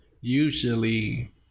Usually